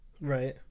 Right